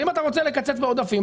ואם אתה רוצה לקצץ בעודפים,